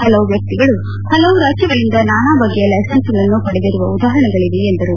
ಹಲವು ವ್ಯಕ್ತಿಗಳು ಹಲವು ರಾಜ್ಯಗಳಿಂದ ನಾನಾ ಬಗೆಯ ಲೈಸನ್ಸ್ಗಳನ್ನು ಪಡೆದಿರುವ ಉದಾಹರಣೆಗಳಿವೆ ಎಂದರು